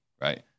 right